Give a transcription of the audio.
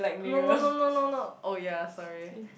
no no no no no no oh ya sorry